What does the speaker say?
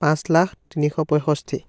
পাঁচ লাখ তিনিশ পঁয়ষষ্ঠি